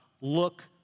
look